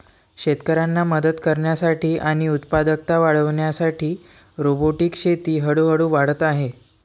शेतकऱ्यांना मदत करण्यासाठी आणि उत्पादकता वाढविण्यासाठी रोबोटिक शेती हळूहळू वाढत आहे